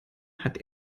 hat